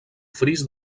fris